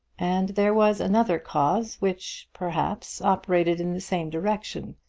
and there was another cause which, perhaps, operated in the same direction.